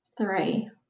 Three